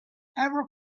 ever